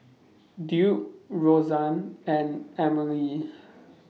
Duke Roseann and Emely